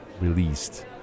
released